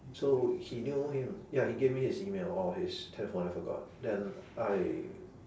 so he knew him ya he gave me his email or his telephone I forgot then I